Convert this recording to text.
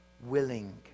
willing